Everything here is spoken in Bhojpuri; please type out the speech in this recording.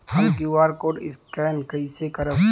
हम क्यू.आर कोड स्कैन कइसे करब?